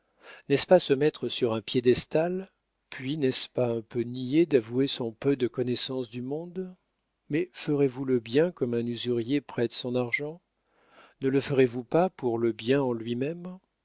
n'est-ce pas se mettre sur un piédestal puis n'est-il pas un peu niais d'avouer son peu de connaissance du monde mais ferez-vous le bien comme un usurier prête son argent ne le ferez-vous pas pour le bien en lui-même